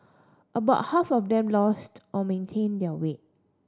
about half of them lost or maintain their weight